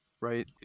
right